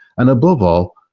and above all,